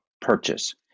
purchase